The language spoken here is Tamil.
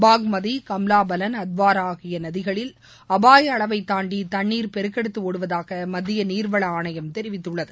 பக்மதி கம்லாபலன் அத்வாரா ஆகிய நதிகளில் அபாய அளவைத் தாண்டி தண்ணீர் பெருக்கெடுத்து ஒடுகிவதாக மத்திய நீர்வள ஆணையம் தெரிவித்துள்ளது